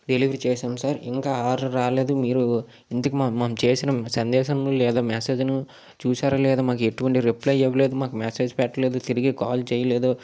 delivery చేశాము sir ఇంకా order రాలేదు మీరు ఇంతకు మేము చేసినాము సందేశము లేదు మెసేజ్ ను చూసారా లేదా మాకు ఎటువంటి రిప్లై ఇవ్వలేదు మాకు మెసెజ్ పెట్టలేదు తిరిగి కాల్ చేయలేదు